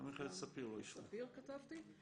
ספיר כתבתי.